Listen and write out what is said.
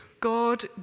God